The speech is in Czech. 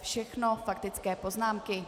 Všechno faktické poznámky.